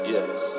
Yes